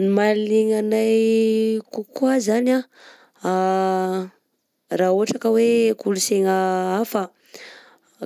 Ny mahalina anay kokoa zany raha ohatra ka hoe kolontsegna hafa